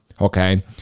okay